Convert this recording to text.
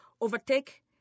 overtake